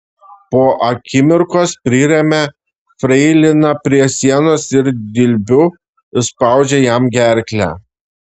po akimirkos priremia freiliną prie sienos ir dilbiu užspaudžia jam gerklę